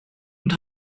und